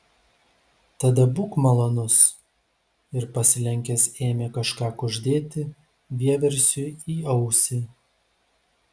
tada būk malonus ir pasilenkęs ėmė kažką kuždėti vieversiui į ausį